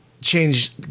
change